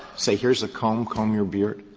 say here's a comb, comb your beard?